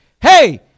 hey